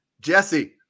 Jesse